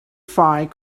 find